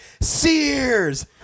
Sears